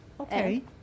Okay